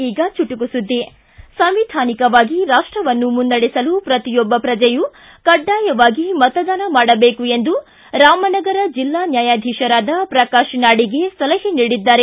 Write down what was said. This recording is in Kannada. ಈಗ ಚುಟುಕು ಸುದ್ದಿ ಸಂವಿಧಾನಿಕವಾಗಿ ರಾಷ್ಟವನ್ನು ಮುನ್ನಡೆಸಲು ಪ್ರತಿಯೊಬ್ಬ ಪ್ರಜೆಯು ಕಡ್ಡಾಯವಾಗಿ ಮತದಾನ ಮಾಡಬೇಕು ಎಂದು ರಾಮನಗರ ಜಿಲ್ಲಾ ನ್ಯಾಯಾಧೀಶರಾದ ಪ್ರಕಾಶ್ ನಾಡಿಗೇರ್ ಸಲಹೆ ನೀಡಿದ್ದಾರೆ